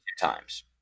times